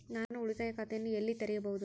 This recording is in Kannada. ನಾನು ಉಳಿತಾಯ ಖಾತೆಯನ್ನು ಎಲ್ಲಿ ತೆರೆಯಬಹುದು?